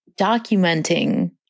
documenting